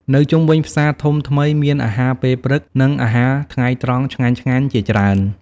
នៅជុំវិញផ្សារធំថ្មីមានអាហារពេលព្រឹក និងអាហារថ្ងៃត្រង់ឆ្ងាញ់ៗជាច្រើន ។